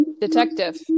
detective